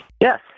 Yes